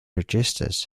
registers